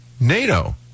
NATO